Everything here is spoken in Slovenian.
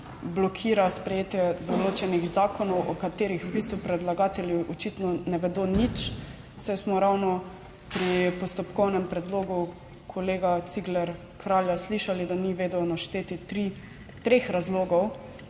blokira sprejetje določenih zakonov, o katerih v bistvu predlagatelji očitno ne vedo nič. Saj, smo ravno pri postopkovnem predlogu kolega Ciglerja Kralja slišali, da ni vedel našteti treh razlogov